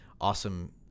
awesome